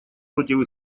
против